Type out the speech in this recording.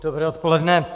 Dobré odpoledne.